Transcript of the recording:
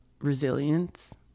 resilience